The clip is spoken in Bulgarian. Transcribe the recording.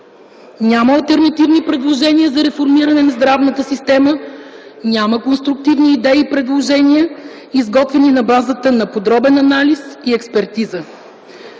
Няма алтернативни предложения за реформиране на здравната система, няма конструктивни идеи и предложения, изготвени на базата на подробен анализ и експертиза.